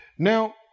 Now